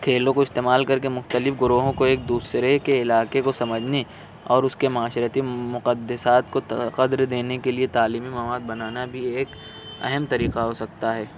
کھیلوں کو استعمال کر کے مختلف گروہوں کو ایک دوسرے کے علاقے کو سمجھنے اور اس کے معاشرتی مقدسات کو قدر دینے کے لیے تعلیمی مواد بنانا بھی ایک اہم طریقہ ہو سکتا ہے